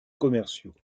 commerciaux